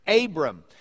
Abram